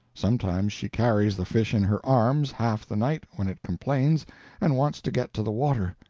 sometimes she carries the fish in her arms half the night when it complains and wants to get to the water.